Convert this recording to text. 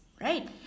right